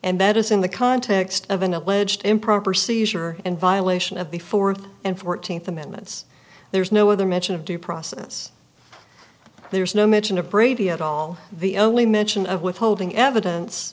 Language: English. and that is in the context of an alleged improper seizure and violation of the fourth and fourteenth amendments there's no other mention of due process there's no mention of brady at all the only mention of withholding evidence